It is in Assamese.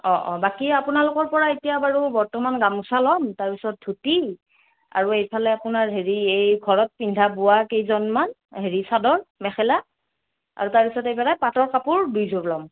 অঁ অঁ বাকী আপোনালোকৰ পৰা এতিয়া বাৰু বৰ্তমান গামোচা ল'ম তাৰপিছত ধুতি আৰু এইফালে আপোনাৰ হেৰি এই ঘৰত পিন্ধা বোৱা কেইযোৰমান হেৰি চাদৰ মেখেলা আৰু তাৰপাছত এইফালে পাটৰ কাপোৰ দুইযোৰ ল'ম